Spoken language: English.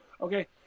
Okay